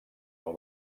del